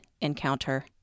encounter